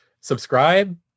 subscribe